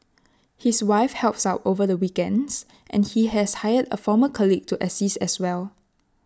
his wife helps out over the weekends and he has hired A former colleague to assist as well